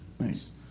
nice